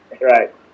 Right